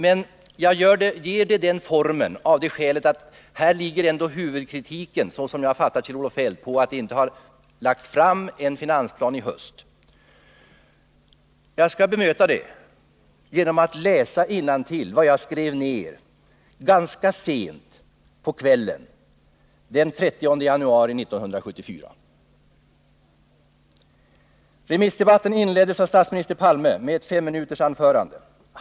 Men jag ger det en något annorlunda form av det skälet att huvudkritiken i detta sammanhang, såsom jag har fattat Kjell-Olof Feldt, riktas mot det förhållandet att det inte har lagts fram någon finansplan i höst. Jag kan bemöta det genom att läsa innantill vad jag skrev ned ganska sent på kvällen den 30 januari 1974: Remissdebatten inleddes av statsminister Palme med ett femminutersanförande.